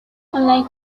unlike